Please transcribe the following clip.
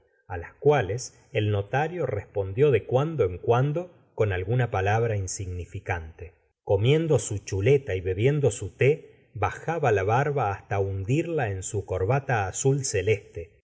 h cual es el notario r espondió de cuando en cuando con alguna palabra insignificante comiendo su chuleta y bebiendo su té bajaba la barba hasta hundirla en su corbata azul celeste